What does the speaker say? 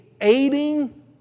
aiding